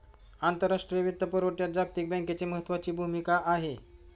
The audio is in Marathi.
आंतरराष्ट्रीय वित्तपुरवठ्यात जागतिक बँकेची महत्त्वाची भूमिका आहे